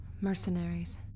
Mercenaries